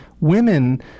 women